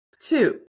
two